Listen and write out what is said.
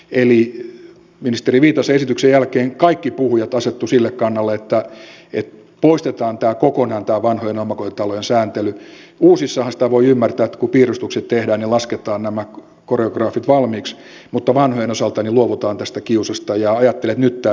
eli ministeri viitasen esityksen jälkeen kaikki puhujat asettuivat sille kannalle että poistetaan kokonaan tämä vanhojen omakotitalojen sääntely uusissahan sen voi ymmärtää että kun piirustukset tehdään niin lasketaan nämä koreografiat valmiiksi mutta vanhojen osalta luovuttaisiin tästä kiusasta ja ajattelin että nyt tämä menee eteenpäin